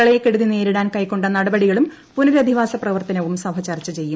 പ്രളയക്കെടുതി നേരിടാൻ കൈക്കൊണ്ട നടപടികളും പുനരധിവാസ പ്രവർത്തനവും സഭ ചർച്ച ചെയ്യും